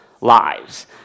lives